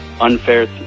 unfair